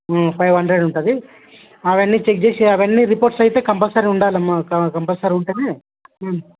five hundred ఉంటుంది అవన్నీ check చేసి అవన్నీ రిపోర్ట్స్ అయితే కంపల్సరీ ఉండాలి అమ్మ క కంపల్సరీ ఉంటే